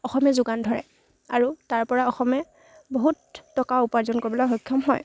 অসমে যোগান ধৰে আৰু তাৰ পৰা অসমে বহুত টকা উপাৰ্জন কৰিবলৈ সক্ষম হয়